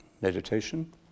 meditation